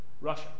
Russia